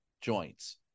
joints